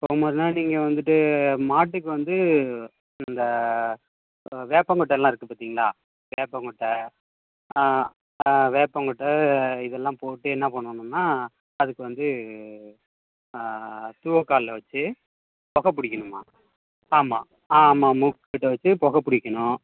கோமாரின்னா நீங்கள் வந்துகிட்டு மாட்டுக்கு வந்து இந்த வேப்பங்கொட்டல்லாம் இருக்குதுப் பார்த்தீங்களா வேப்பங்கொட்டை வேப்பங்கொட்டை இதெல்லாம் போட்டு என்னப் பண்ணணுன்னா அதுக்கு வந்து தூவக்காலில் வச்சு புகப் பிடிக்கணும்மா ஆமாம் ஆ ஆமாம் மூக்குக்கிட்ட வச்சு புகப் பிடிக்கணும்